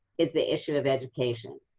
is the issue of education,